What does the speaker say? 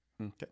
okay